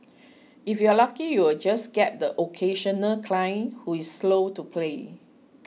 if you're lucky you'll just get the occasional client who's slow to pay